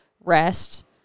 rest